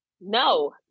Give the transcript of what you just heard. No